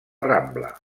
rambla